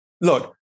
Look